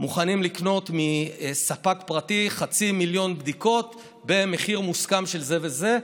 מוכנים לקנות מספק פרטי חצי מיליון בדיקות במחיר מוסכם של זה וזה,